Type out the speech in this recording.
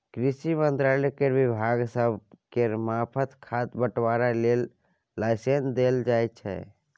कृषि मंत्रालय केर विभाग सब केर मार्फत खाद बंटवारा लेल लाइसेंस देल जाइ छै